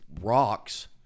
rocks